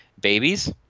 babies